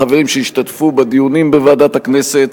לחברים שהשתתפו בדיונים בוועדת הכנסת,